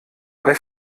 bei